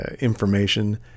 information